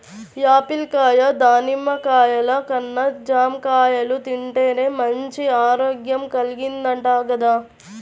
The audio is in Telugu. యాపిల్ కాయ, దానిమ్మ కాయల కన్నా జాంకాయలు తింటేనే మంచి ఆరోగ్యం కల్గిద్దంట గదా